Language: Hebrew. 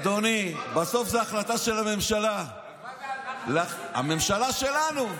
אדוני, בסוף זה החלטה של הממשלה, הממשלה שלנו.